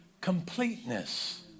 completeness